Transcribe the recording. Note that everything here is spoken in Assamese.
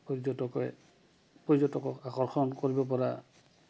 পৰ্যটকে পৰ্যটকক আকৰ্ষণ কৰিব পৰা